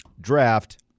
draft